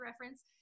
reference